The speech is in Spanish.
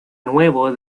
nuevo